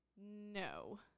No